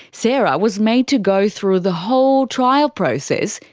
sarah was made to go through the whole trial process,